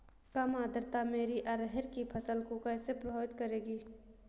कम आर्द्रता मेरी अरहर की फसल को कैसे प्रभावित करेगी?